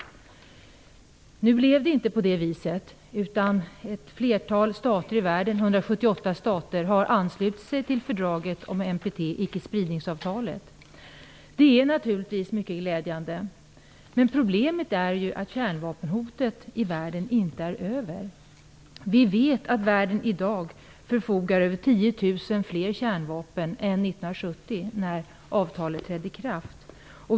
Nu blev det inte på det viset, utan ett flertal stater i världen, 178 stycken, har anslutit sig till ickespridningsavtalet, NPT. Det är naturligtvis mycket glädjande, men problemet är att kärnvapenhotet i världen inte är över. Vi vet att världen i dag förfogar över 10 000 fler kärnvapen än 1970, när avtalet trädde i kraft.